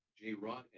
J-Rod